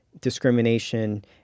discrimination